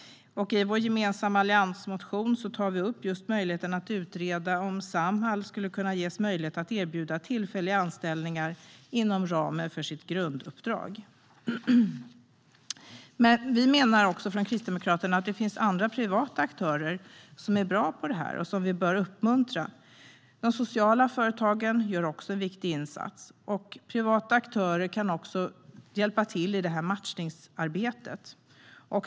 I vår gemensamma alliansmotion tar vi upp just möjligheten att utreda om Samhall skulle kunna ges möjlighet att erbjuda tillfälliga anställningar inom ramen för sitt grunduppdrag. Vi menar också från Kristdemokraterna att det finns andra privata aktörer som är bra på detta och som vi bör uppmuntra. De sociala företagen gör också en viktig insats, och privata aktörer kan hjälpa till i matchningsarbetet.